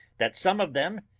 that some of them,